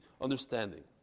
understanding